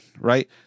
right